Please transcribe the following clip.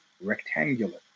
rectangular